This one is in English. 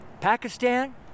Pakistan